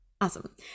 Awesome